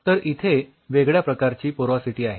तर इथे वेगळ्या प्रकारची पोरॉसिटी आहे